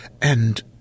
And